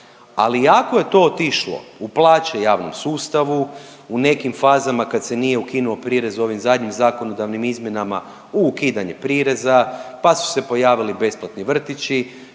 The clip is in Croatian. Ali ako je to otišlo u plaće javnom sustavu, u nekim fazama kad se nije ukinuo prirez u ovim zadnjim zakonodavnim izmjenama u ukidanje prireza, pa su se pojavili besplatni vrtići,